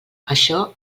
això